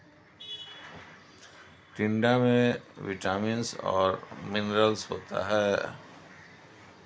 टिंडा में विटामिन्स और मिनरल्स होता है